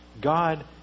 God